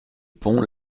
pont